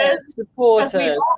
supporters